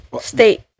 State